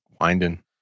Winding